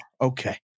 Okay